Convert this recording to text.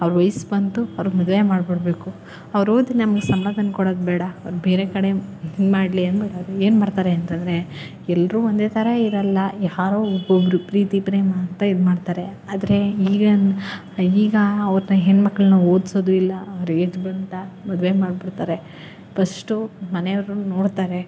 ಅವ್ರ ವಯ್ಸು ಬಂತು ಅವ್ರ್ಗೆ ಮದುವೆ ಮಾಡಿ ಬಿಡಬೇಕು ಅವ್ರು ಓದಿ ನಮಗೆ ಸಂಬಳ ತಂದ್ಕೊಡೋದು ಬೇಡ ಅವ್ರು ಬೇರೆ ಕಡೆ ಇದು ಮಾಡಲಿ ಅಂದ್ಬಿಟ್ಟು ಅವರು ಏನು ಮಾಡ್ತಾರೆ ಅಂತಂದ್ರೆ ಎಲ್ಲರೂ ಒಂದೇ ಥರ ಇರಲ್ಲ ಯಾರೋ ಒಬ್ಬೊಬ್ಬರು ಪ್ರೀತಿ ಪ್ರೇಮ ಅಂತ ಇದು ಮಾಡ್ತಾರೆ ಆದರೆ ಈಗ ಈಗ ಅವ್ರನ್ನ ಹೆಣ್ಮಕ್ಳನ್ನು ಓದಿಸೋದು ಇಲ್ಲ ಅವ್ರ್ಗೆ ಏಜ್ ಬಂತಾ ಮದುವೆ ಮಾಡ್ಬಿಡ್ತಾರೆ ಫಸ್ಟು ಮನೆಯವ್ರೂ ನೋಡ್ತಾರೆ